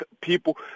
people